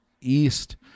east